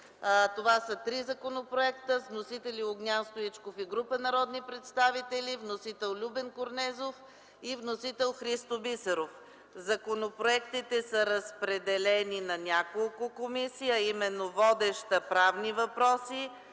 Това са три законопроекта с вносители: Огнян Стоичков и група народни представители, вносител: Любен Корнезов и вносител: Христо Бисеров. Законопроектите са разпределени на няколко комисии, а именно водеща е Комисията